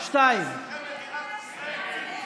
2. ההסתייגות (2)